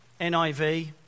NIV